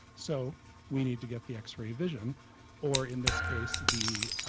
so we need to get the x-ray vision or in this case, the